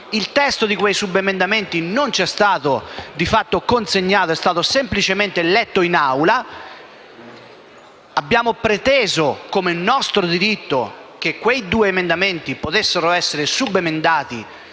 il testo di quei subemendamenti non ci è stato di fatto consegnato, ma è stato semplicemente letto in Aula. Abbiamo preteso, come è nostro diritto, che quei due emendamenti potessero essere subemendati